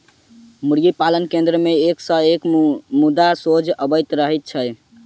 मुर्गी पालन केन्द्र मे एक सॅ एक मुद्दा सोझा अबैत रहैत छै